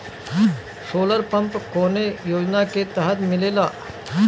Solar pump कौने योजना के तहत मिलेला?